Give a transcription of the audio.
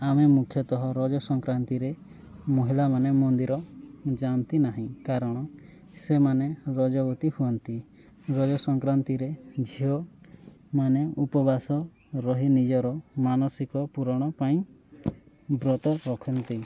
ଆମେ ମୁଖ୍ୟତଃ ରଜ ସଂକ୍ରାନ୍ତିରେ ମହିଳାମାନେ ମନ୍ଦିର ଯାଆନ୍ତି ନାହିଁ କାରଣ ସେମାନେ ରଜବତୀ ହୁଅନ୍ତି ରଜ ସଂକ୍ରାନ୍ତିରେ ଝିଅମାନେ ଉପବାସ ରହି ନିଜର ମାନସିକ ପୂରଣ ପାଇଁ ବ୍ରତ ରଖନ୍ତି